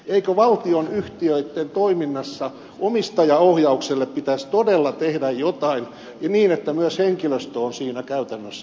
eikö valtionyhtiöitten toiminnassa omistajaohjaukselle pitäisi todella tehdä jotain niin että myös henkilöstö on siinä käytännössä mukana